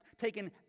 taken